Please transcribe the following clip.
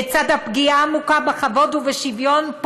לצד הפגיעה העמוקה בכבוד ובשוויון,